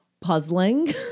puzzling